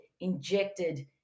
injected